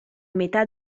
metà